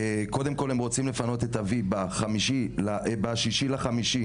קודם כל הם רוצים לפנות את אבי ב-6 למאי.